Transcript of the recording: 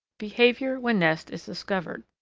behaviour when nest is discovered.